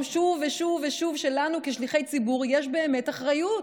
שוב ושוב ושוב: לנו כשליחי ציבור יש באמת אחריות,